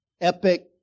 epic